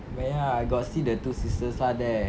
but ya got see the two sisters lah there